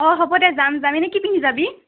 অ' হ'ব দে যাম যাম এনে কি পিন্ধি যাবি